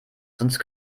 sonst